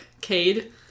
Cade